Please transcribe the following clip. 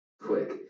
quick